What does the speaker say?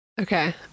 Okay